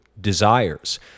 desires